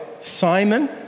Simon